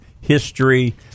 history